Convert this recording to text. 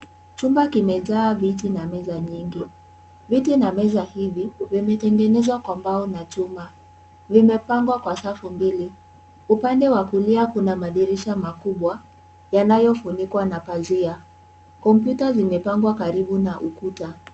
Chumba kimejaa viti na meza nyingi, viti na meza hivi wamatengeneza na kwa mbao na chuma, vimepangwa kwa safu mbili. upande wa kulia kuna madirisha kubwa yanayo funikwa na pazia computer zimepangwa katibu na ukuta.